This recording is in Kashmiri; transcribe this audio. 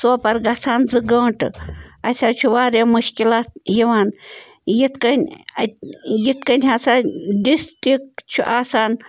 سوپَر گژھان زٕ گٲنٛٹہٕ اَسہِ حظ چھِ واریاہ مُشکِلات یِوان یِتھ کٔنۍ اَتہِ یِتھ کٔنۍ ہسا ڈِسٹِرٛک چھِ آسان